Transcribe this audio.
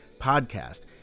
podcast